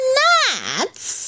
nuts